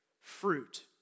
fruit